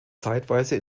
zeitweise